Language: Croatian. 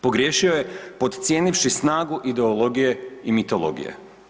Pogriješio je podcijenivši snagu ideologije i mitologije.